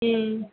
ம்